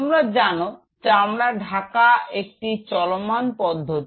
তোমরা জানো চামড়া দ্বারা ঢাকা একটি চলমান পদ্ধতি